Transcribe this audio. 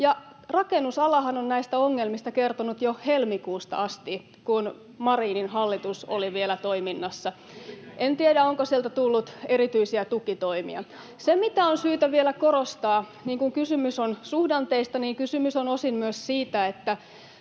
Rakennusalahan on näistä ongelmista kertonut jo helmikuusta asti, kun Marinin hallitus oli vielä toiminnassa. En tiedä, onko sieltä tullut erityisiä tukitoimia. Mitä on syytä vielä korostaa, on se, että kun kysymys on suhdanteista, niin kysymys on osin myös siitä, että